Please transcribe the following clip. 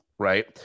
Right